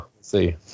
see